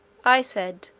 i said,